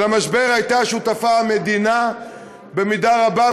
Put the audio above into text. למשבר הייתה שותפה המדינה במידה רבה,